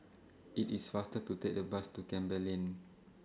IT IS faster to Take The Bus to Campbell Lane